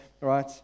right